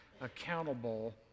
accountable